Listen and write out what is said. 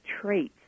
traits